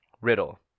riddle